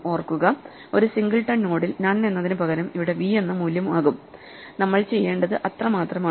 ഓർക്കുക ഒരു സിംഗിൾട്ടൺ നോഡിൽ നൺ എന്നതിന് പകരം ഇവിടെ v എന്ന മൂല്യമാകും നമ്മൾ ചെയ്യേണ്ടത് അത്രമാത്രം ആണ്